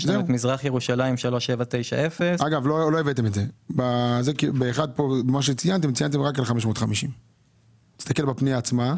יש לנו את מזרח ירושלים 3790. ב-1 ציינתם רק 550. תסתכל בפנייה עצמה.